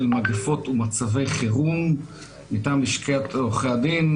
מגיפות ומצבי חירום מטעם לשכת עורכי הדין,